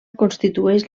constitueix